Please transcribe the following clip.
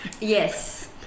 Yes